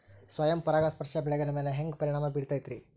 ಸ್ವಯಂ ಪರಾಗಸ್ಪರ್ಶ ಬೆಳೆಗಳ ಮ್ಯಾಲ ಹ್ಯಾಂಗ ಪರಿಣಾಮ ಬಿರ್ತೈತ್ರಿ?